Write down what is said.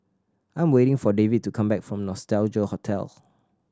I'm waiting for David to come back from Nostalgia Hotel